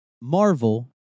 Marvel